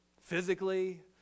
physically